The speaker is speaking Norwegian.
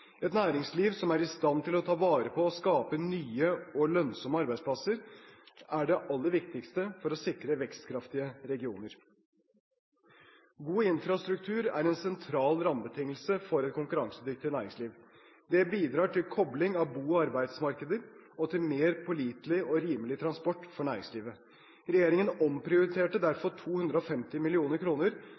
Et næringsliv som er i stand til å ta vare på og skape nye og lønnsomme arbeidsplasser, er det aller viktigste for å sikre vekstkraftige regioner. God infrastruktur er en sentral rammebetingelse for et konkurransedyktig næringsliv. Det bidrar til kobling av bo- og arbeidsmarkeder og til mer pålitelig og rimelig transport for næringslivet. Regjeringen omprioriterte derfor 250